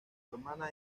hermana